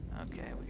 Okay